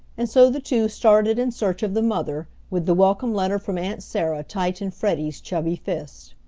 and so the two started in search of the mother, with the welcome letter from aunt sarah tight in freddie's chubby fist.